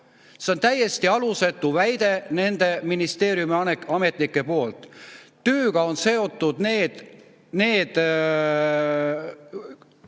See on täiesti alusetu väide nende ministeeriumiametnike poolt. Tööga on seotud need